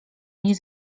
nie